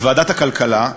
בוועדת הכלכלה,